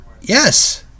Yes